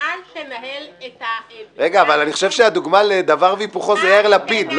אל תנהל -- אבל אני חושב שהדוגמה לדבר והיפוכו זה יאיר לפיד.